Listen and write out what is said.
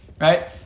Right